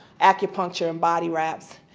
acupuncture and body wraps.